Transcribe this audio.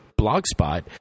blogspot